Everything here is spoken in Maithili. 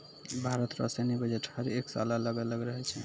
भारत रो सैन्य बजट हर एक साल अलग अलग रहै छै